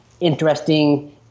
interesting